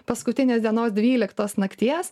paskutinės dienos dvyliktos nakties